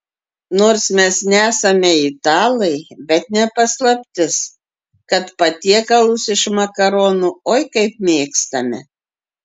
nors mes nesame italai bet ne paslaptis kad patiekalus iš makaronų oi kaip mėgstame